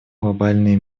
глобальные